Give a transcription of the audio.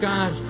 God